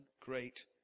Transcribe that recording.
great